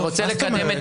אני רוצה לקדם את